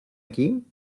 aquí